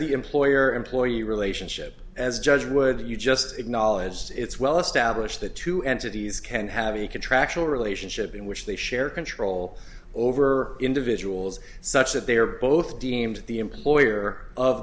the employer employee relationship as judge would you just acknowledged it's well established that two entities can have a contractual relationship in which they share control over individuals such that they are both deemed the employer of